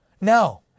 No